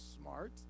smart